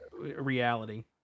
reality